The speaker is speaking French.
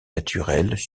naturels